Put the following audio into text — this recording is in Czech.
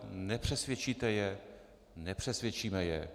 Nepřesvědčíte je, nepřesvědčíme je.